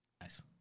Nice